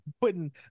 putting